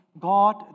God